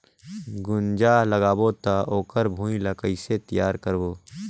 गुनजा लगाबो ता ओकर भुईं ला कइसे तियार करबो?